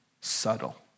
subtle